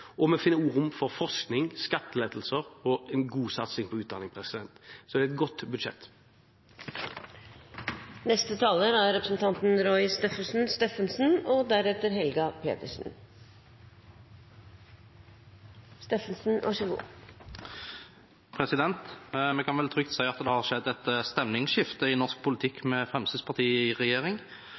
Og vi finner også rom for forskning, skattelettelser og en god satsing på utdanning. Så dette er et godt budsjett. Vi kan vel trygt si at det har skjedd et stemningsskifte i norsk politikk med Fremskrittspartiet i regjering,